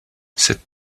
cette